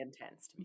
intense